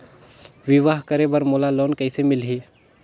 बिहाव करे बर मोला लोन कइसे मिलही?